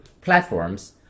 platforms